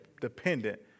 dependent